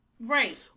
Right